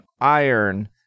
iron